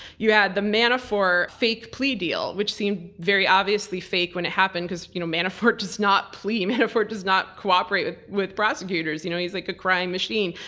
you had the manafort fake plea deal. which seemed, very obviously fake when it happened, because you know manafort does not plead, manafort does not cooperate with prosecutors. you know he's like a crime machine.